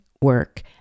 work